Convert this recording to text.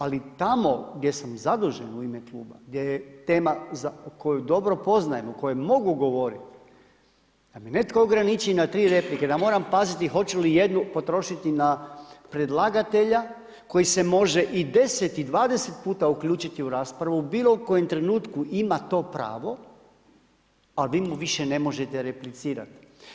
Ali tamo gdje sam zadužen u ime Kluba, gdje je tema koju dobro poznajem o kojoj mogu govoriti da mi netko ograniči na tri replike da moram paziti hoću li jednu potrošiti na predlagatelja koji se može i 10 i 20 puta uključiti u raspravu, u bilo kojem trenutku ima to pravo ali vi mu više ne možete replicirati.